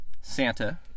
Santa